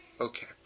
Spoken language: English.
Okay